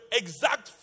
exact